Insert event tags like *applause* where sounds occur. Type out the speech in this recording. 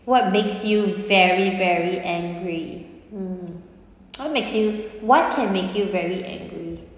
what makes you very very angry mm *noise* what makes you what can make you very angry